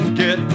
get